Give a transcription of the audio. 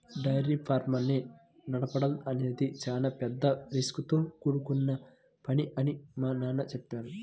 dairy farms ని నడపడం అనేది చాలా పెద్ద రిస్కుతో కూడుకొన్న పని అని మా నాన్న చెప్పాడు